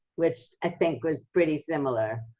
which i think was pretty similar.